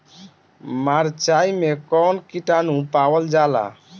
मारचाई मे कौन किटानु पावल जाला?